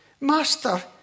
Master